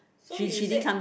so you said